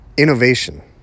Innovation